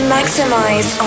Maximize